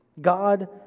god